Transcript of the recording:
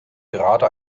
gerade